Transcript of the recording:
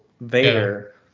Vader